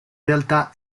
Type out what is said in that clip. realtà